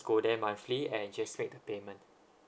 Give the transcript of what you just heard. go there monthly and just make the payment